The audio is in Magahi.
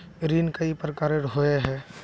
ऋण कई प्रकार होए है?